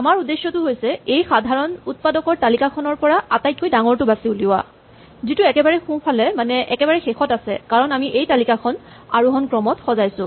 আমাৰ উদ্দেশ্যটো হৈছে এই সাধাৰণ উৎপাদকৰ তালিকাখনৰ পৰা আটাইতকৈ ডাঙৰটো বাচি উলিওৱা যিটো একেবাৰে সোঁফালে মানে একেবাৰে শেষত আছে কাৰণ আমি এই তালিকাখন আৰোহন ক্ৰমত সজাইছো